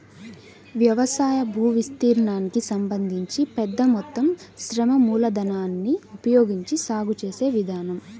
వ్యవసాయ భూవిస్తీర్ణానికి సంబంధించి పెద్ద మొత్తం శ్రమ మూలధనాన్ని ఉపయోగించి సాగు చేసే విధానం